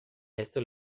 esto